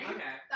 Okay